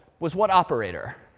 was what operator?